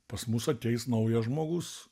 pas mus ateis naujas žmogus